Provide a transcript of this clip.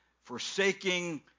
forsaking